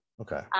Okay